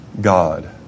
God